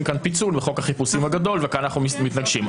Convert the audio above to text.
כאן פיצול בחוק החיפושים הגדול וכאן אנחנו מתנגשים.